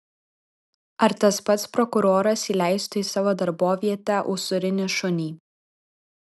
ar tas pats prokuroras įleistų į savo darbovietę usūrinį šunį